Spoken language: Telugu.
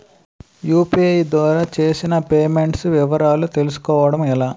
యు.పి.ఐ ద్వారా చేసిన పే మెంట్స్ వివరాలు తెలుసుకోవటం ఎలా?